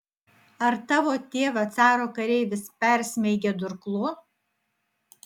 ar tavo tėvą caro kareivis persmeigė durklu